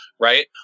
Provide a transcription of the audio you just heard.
right